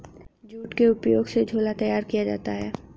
jute के उपयोग से झोला तैयार किया जाता है